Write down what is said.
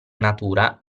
natura